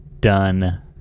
done